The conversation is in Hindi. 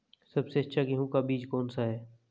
सबसे अच्छा गेहूँ का बीज कौन सा है?